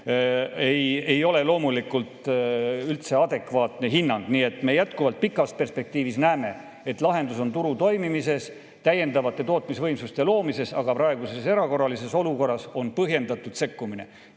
ei ole loomulikult üldse adekvaatne hinnang. Me jätkuvalt pikas perspektiivis näeme, et lahendus on turu toimimises, täiendavate tootmisvõimsuste loomises, aga praeguses erakorralises olukorras on sekkumine